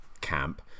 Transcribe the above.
camp